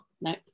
No